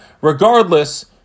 Regardless